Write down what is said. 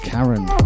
Karen